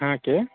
হ্যাঁ কে